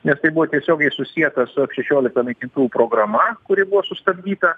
ne tai buvo tiesiogiai susietas su ef šešiolika naikintuvų programa kuri buvo sustabdyta